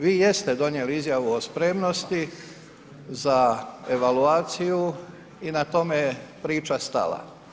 Vi jeste donijeli izjavu o spremnosti za evaluaciju i na tome je priča stala.